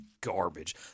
garbage